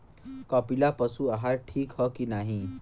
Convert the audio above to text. कपिला पशु आहार ठीक ह कि नाही?